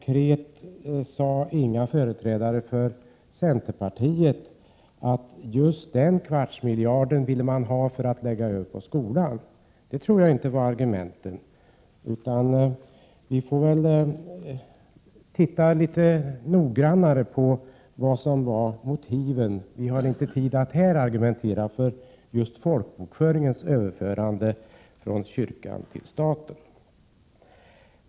Det var ingen företrädare för centerpartiet som konkret sade att man ville ta just denna kvarts miljard och lägga över den på skolan. Sådana argument förekom nog inte. Vi får väl titta litet närmare på vad som var motiven. Vi har inte tid att här argumentera för just folkbokföringens överförande från kyrkan till staten.